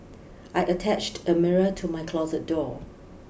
I attached a mirror to my closet door